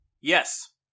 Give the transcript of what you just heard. Yes